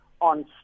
on